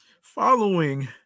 following